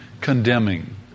condemning